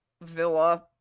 villa